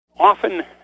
Often